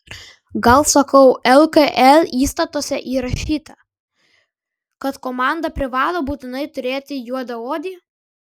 gal sakau lkl įstatuose įrašyta kad komanda privalo būtinai turėti juodaodį